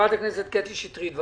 הצעתה של ח"כ קטי קטרין שטרית.